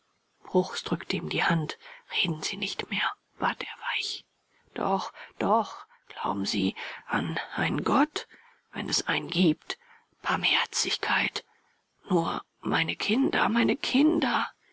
bruchs drückte ihm die hand reden sie nicht mehr bat er weich doch doch glauben sie an einen gott wenn es einen gibt barmherzigkeit nur meine kinder meine kinder